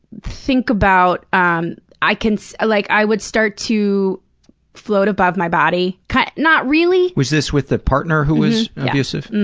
think about um i can so like, i would start to float above my body kind of not really pg was this with the partner who was abusive?